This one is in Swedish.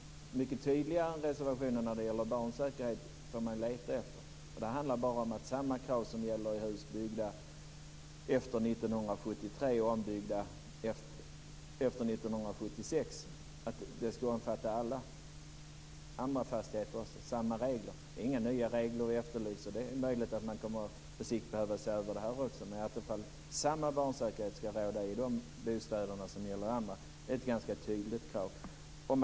Mycket tydligare än reservationen om barnsäkerhet får man leta efter. Det handlar bara om att de krav som gäller för hus byggda efter 1973 och ombyggda efter 1976 ska omfatta alla. Alla fastigheter ska ha samma regler. Det är inga nya regler vi efterlyser. Det är möjligt att man på sikt kommer att behöva se över detta också, men i så fall ska samma barnsäkerhet råda i de bostäderna som i andra. Det är ett ganska tydligt krav.